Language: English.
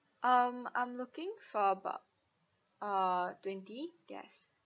um I'm looking for about uh twenty guests